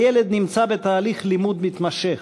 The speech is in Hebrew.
הילד נמצא בתהליך לימוד מתמשך: